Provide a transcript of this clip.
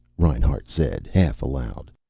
reinhart said, half aloud.